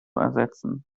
ersetzen